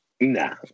Nah